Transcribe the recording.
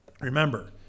Remember